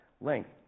length